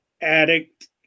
addict